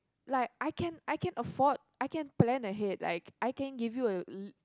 like I can I can afford I can plan ahead like I can give you a